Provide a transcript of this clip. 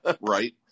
Right